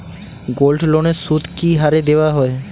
গোল্ডলোনের সুদ কি হারে দেওয়া হয়?